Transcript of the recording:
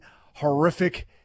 horrific